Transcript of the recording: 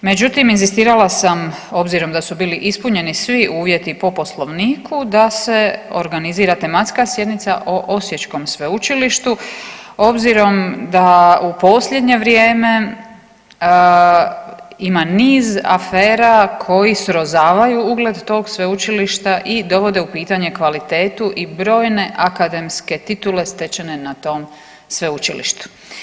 Međutim, inzistirala sam obzirom da su bili ispunjeni svi uvjeti po Poslovniku da se organizira tematska sjednica o osječkom sveučilištu, obzirom da u posljednje vrijeme ima niz afera koji srozavaju ugled tog sveučilišta i dovode u pitanje kvalitetu i brojne akademske titule stečene na tom sveučilištu.